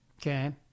Okay